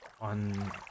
on